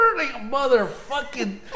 motherfucking